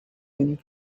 many